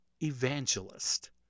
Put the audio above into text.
evangelist